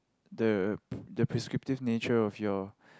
the the prescriptive nature of your